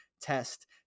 test